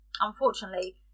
Unfortunately